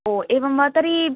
एवं वा तर्हि